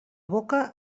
boca